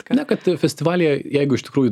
na kad festivalyje jeigu iš tikrųjų